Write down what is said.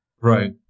Right